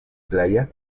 playa